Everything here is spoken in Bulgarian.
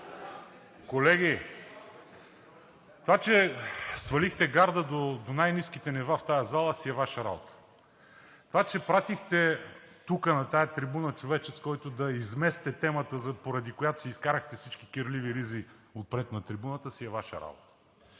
Колеги, това че свалихте гарда до най-ниските нива в тази зала, си е Ваша работа. Това че пратихте тук, на тази трибуна, човечец, който да измести темата, заради която си изкарахте всички кирливи ризи отпред на трибуната, си е Ваша работа.